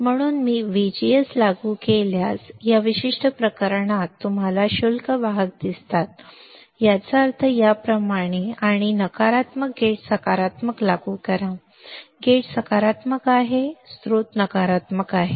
म्हणून मी VGS लागू केल्यास या विशिष्ट प्रकरणात तुम्हाला शुल्क वाहक दिसतात याचा अर्थ याप्रमाणे आणि नकारात्मक गेट सकारात्मक लागू करा गेट सकारात्मक आहे स्रोत नकारात्मक आहे